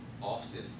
often